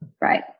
Right